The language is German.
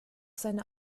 seine